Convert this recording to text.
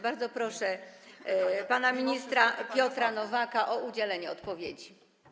Bardzo proszę pana ministra Piotra Nowaka o udzielenie odpowiedzi.